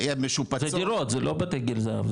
זה דירות זה לא דירות גיל זהב,